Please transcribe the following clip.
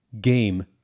game